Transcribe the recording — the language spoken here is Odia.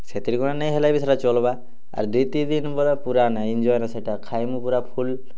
ସେଥିର୍ଗୁନେ ନେଇ ହେଲେବି ସେଟା ଚଲ୍ବା ଆର୍ ଦି ତିନି୍ ବେଲେ ପୁରାନେ ଏଞ୍ଜୟ ନେ ସେଟା ସେଟା ଖାଏମୁ ପୁରା ଫୁଲ୍